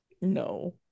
No